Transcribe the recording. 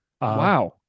Wow